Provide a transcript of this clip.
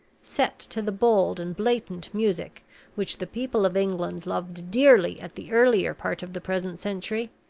set to the bold and blatant music which the people of england loved dearly at the earlier part of the present century,